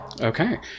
Okay